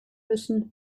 müssen